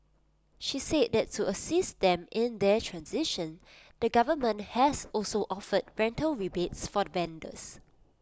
she said that to assist them in their transition the government has also offered rental rebates for the vendors